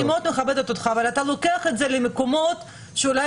אני מאוד מכבדת אותך אבל אתה לוקח את זה למקומות שאולי